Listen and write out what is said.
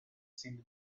seemed